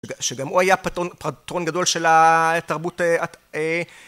שגם הוא היה פטרון גדול של התרבות א